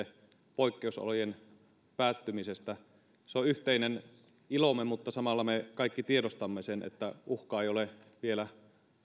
yhdessä iloitsitte poikkeusolojen päättymisestä se on yhteinen ilomme mutta samalla me kaikki tiedostamme sen että uhka ei ole vielä